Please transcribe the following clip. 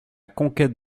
conquête